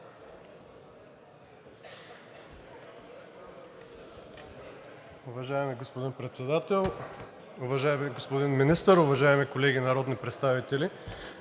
Уважаеми господин Председател, уважаеми господин Министър, уважаеми колеги народни представители!